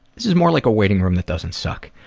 this is more like a waiting room that doesn't suck.